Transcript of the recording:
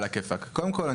קודם כל,